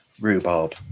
rhubarb